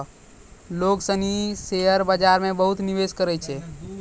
लोग सनी शेयर बाजार मे बहुते निवेश करै छै